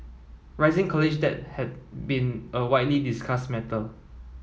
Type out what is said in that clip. rising college debt has been a widely discussed matter